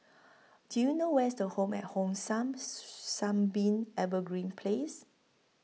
Do YOU know Where IS The Home At Hong San Sunbeam Evergreen Place